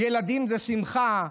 "ילדים זה שמחה",